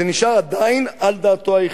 וזה נשאר עדיין על דעתו היחידה.